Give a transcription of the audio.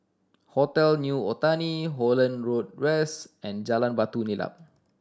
Hotel New Otani Holland Road West and Jalan Batu Nilam